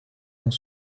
ont